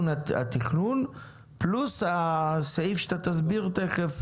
התכנון פלוס הסעיף שאתה תסביר תיכף,